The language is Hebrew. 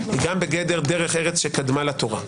היא גם בגדר דרך ארץ שקדמה לתורה.